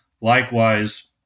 Likewise